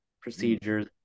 procedures